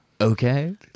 Okay